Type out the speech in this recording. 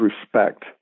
respect